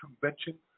Convention